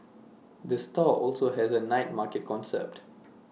the store also has A night market concept